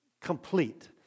complete